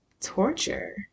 torture